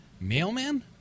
Mailman